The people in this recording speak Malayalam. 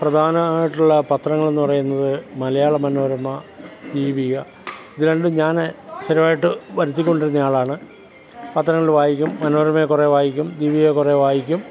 പ്രധാനം ആയിട്ടുള്ള പത്രങ്ങളെന്ന് പറയുന്നത് മലയാള മനോരമ ദീപിക ഇത് രണ്ടും ഞാൻ സ്ഥിരമായിട്ട് വരുത്തിക്കൊണ്ടിരുന്ന ആളാണ് പത്രങ്ങൾ വായിക്കും മനോരമയും കുറേ വായിക്കും ദീപികയും കുറേ വായിക്കും